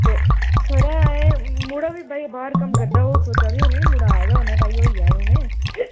ते खरा ऐ एह् मुड़ा बी बई बाहर कम्म करदा ओह् सोचा दे होने मुड़ा आए दा होना भई होई जाह्ग हूने